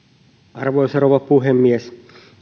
arvoisa rouva puhemies